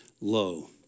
low